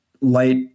light